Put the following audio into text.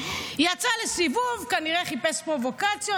יצא לסיבוב, כנראה חיפש פרובוקציות.